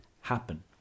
happen